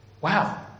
Wow